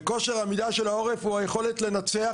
וכושר העמידה של העורף הוא היכולת לנצח